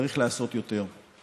צריך לעשות יותר.